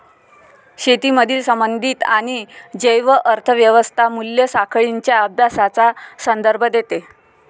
शेतीमधील संबंधित आणि जैव अर्थ व्यवस्था मूल्य साखळींच्या अभ्यासाचा संदर्भ देते